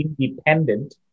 independent